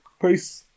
peace